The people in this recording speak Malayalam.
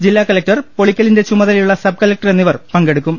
ജില്ലാകലക്ടർ പൊളിക്ക ലിന്റെ ചുമതലയുള്ള സബ്കലക്ടർ എന്നിവർ പങ്കെടുക്കും